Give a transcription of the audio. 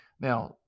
Now